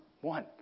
One